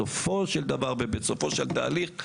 בסופו של דבר ובסופו של תהליך,